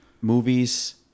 movies